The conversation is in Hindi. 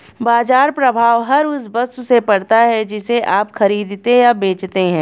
बाज़ार प्रभाव हर उस वस्तु से पड़ता है जिसे आप खरीदते या बेचते हैं